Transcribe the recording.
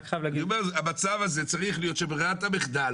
אני אומר המצב הזה צריך להיות שברירת המחדל